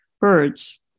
birds